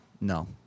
No